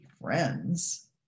friends